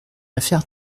affaire